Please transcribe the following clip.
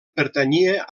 pertanyia